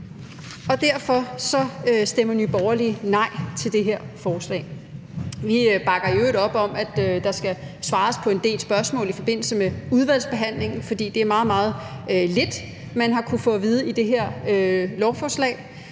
Og derfor stemmer Nye Borgerlige nej til det her forslag. Vi bakker i øvrigt op om, at der skal svares på en del spørgsmål i forbindelse med udvalgsbehandlingen, for det er meget, meget lidt, man har kunnet få at vide i det her lovforslag.